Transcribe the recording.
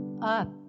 up